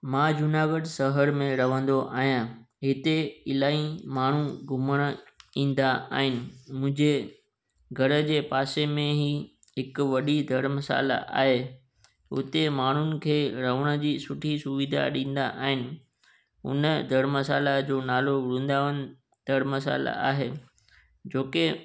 मां जूनागढ़ शहर में रहंदो आहियां हिते इलाही माण्हू घुमण ईंदा आहिनि मुंहिंजे घर जे पासे में ई हिकु वॾी धर्मशाला आहे उते माण्हुनि खे रहण जी सुठी सुविधा ॾींदा आहिनि उन धर्मशाला जो नालो वृन्दावन धर्मशाला आहे जो कि